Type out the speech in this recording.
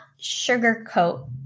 sugarcoat